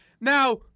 Now